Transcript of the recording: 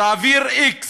תעביר x מהאנשים,